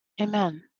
Amen